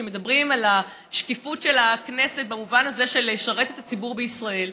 שמדברים על השקיפות של הכנסת במובן הזה של לשרת את הציבור בישראל,